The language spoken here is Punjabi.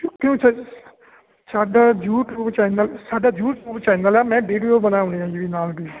ਸਾਡਾ ਯੂਟਿਊਬ ਚੈਨਲ ਸਾਡਾ ਯੂਟਿਊਬ ਚੈਨਲ ਆ ਮੈਂ ਵੀਡੀਓ ਬਣਾਉਣੀ ਆ ਜੀ ਨਾਲ ਵੀ